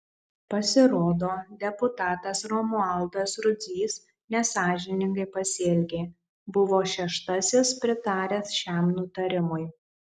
pasirodo deputatas romualdas rudzys nesąžiningai pasielgė buvo šeštasis pritaręs šiam nutarimui